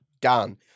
done